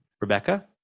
Rebecca